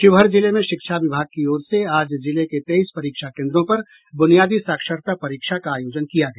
शिवहर जिले में शिक्षा विभाग की ओर से आज जिले के तेइस परीक्षा केन्द्रों पर बुनियादी साक्षरता परीक्षा का आयोजन किया गया